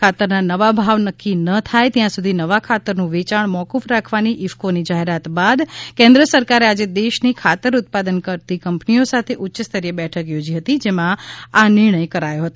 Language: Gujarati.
ખાતરના નવા ભાવ નક્કી ન થાય ત્યાં સુધી નવા ખાતરનું વેચાણ મોક્ક રાખવાની ઇફકોની જાહેરાત બાદ કેન્દ્ર સરકારે આજે દેશની ખાતર ઉત્પાદન કરતી કંપનીઓ સાથે ઉચ્ય સ્તરીય બેઠક યોજી હતી જેમાં આ નિર્ણય કરાયો હતો